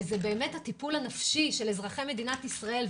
שזה באמת הטיפול הנפשי של אזרחי מדינת ישראל,